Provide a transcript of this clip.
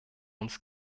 uns